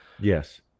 yes